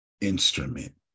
instrument